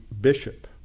bishop